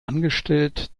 angestellt